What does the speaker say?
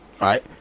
right